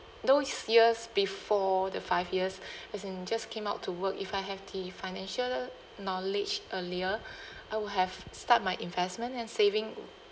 those years before the five years as in just came out to work if I have the financial knowledge earlier I would have start my investment and saving